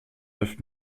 neuf